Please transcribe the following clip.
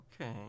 Okay